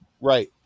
Right